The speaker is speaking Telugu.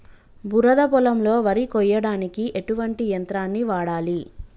బురద పొలంలో వరి కొయ్యడానికి ఎటువంటి యంత్రాన్ని వాడాలి?